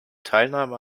teilnahme